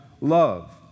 Love